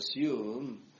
assume